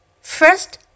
First